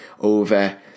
over